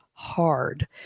hard